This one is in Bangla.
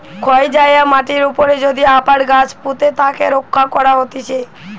ক্ষয় যায়া মাটির উপরে যদি আবার গাছ পুঁতে তাকে রক্ষা করা হতিছে